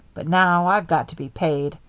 but now i've got to be paid.